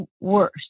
worse